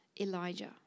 Elijah